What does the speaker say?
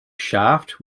shaft